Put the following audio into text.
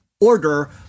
order